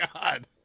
God